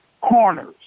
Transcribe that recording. corners